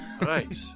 Right